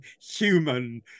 human